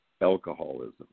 alcoholism